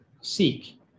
seek